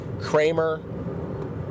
Kramer